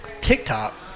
TikTok